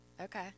Okay